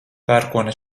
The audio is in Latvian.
pērkona